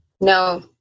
no